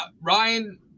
Ryan